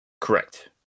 Correct